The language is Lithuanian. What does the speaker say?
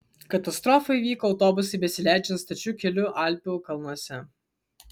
katastrofa įvyko autobusui besileidžiant stačiu keliu alpių kalnuose